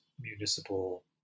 municipal